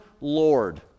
Lord